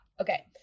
okay